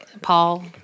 Paul